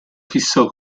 fissò